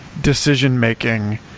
decision-making